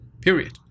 period